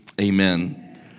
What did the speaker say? Amen